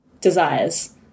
desires